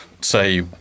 say